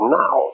now